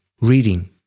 Reading